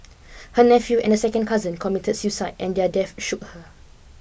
her nephew and a second cousin committed suicide and their death shook her